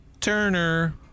Turner